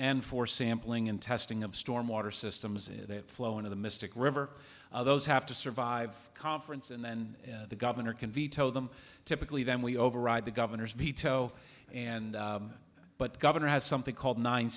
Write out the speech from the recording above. and for sampling and testing of storm water systems that flow into the mystic river those have to survive conference and then the governor can veto them typically then we override the governor's veto and but the governor has something called nine